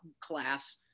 class